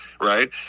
right